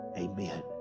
amen